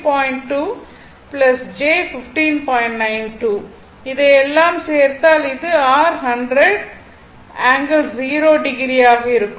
92 இதையெல்லாம் சேர்த்தால் இது r 100 ∠0o ஆக மாறும்